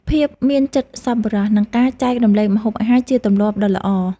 ភាពមានចិត្តសប្បុរស និងការចែករំលែកម្ហូបអាហារជាទម្លាប់ដ៏ល្អ។